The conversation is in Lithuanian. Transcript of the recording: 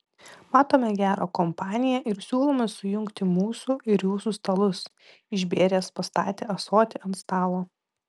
matome gerą kompaniją ir siūlome sujungti mūsų ir jūsų stalus išbėręs pastatė ąsotį ant stalo